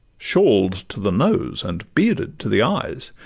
shawl'd to the nose, and bearded to the eyes,